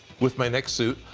with my next suit,